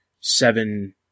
seven